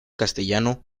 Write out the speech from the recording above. castellano